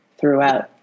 throughout